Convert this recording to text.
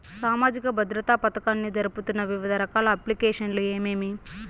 సామాజిక భద్రత పథకాన్ని జరుపుతున్న వివిధ రకాల అప్లికేషన్లు ఏమేమి?